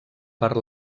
per